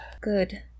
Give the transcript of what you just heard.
Good